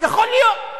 יכול להיות.